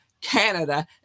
canada